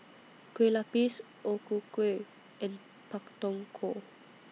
Kueh Lapis O Ku Kueh and Pak Thong Ko